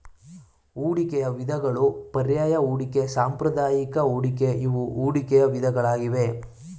ಹೂಡಿಕೆಯ ವಿಧಗಳು ಪರ್ಯಾಯ ಹೂಡಿಕೆ, ಸಾಂಪ್ರದಾಯಿಕ ಹೂಡಿಕೆ ಇವು ಹೂಡಿಕೆಯ ವಿಧಗಳಾಗಿವೆ